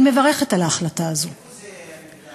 אני מברכת על ההחלטה הזאת, איפה זה, איפה זה?